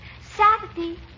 Saturday